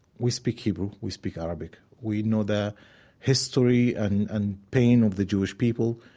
we speak hebrew, we speak arabic. we know the history and and pain of the jewish people.